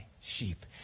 sheep